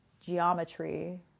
geometry